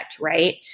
right